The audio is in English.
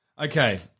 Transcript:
Okay